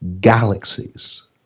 galaxies